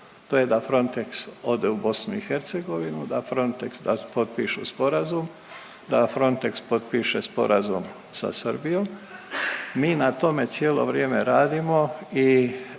to je da Frontex ode u BiH, da Frontex da, da potpišu sporazum, da Frontex potpiše sporazum sa Srbijom. Mi na tome cijelo vrijeme radimo i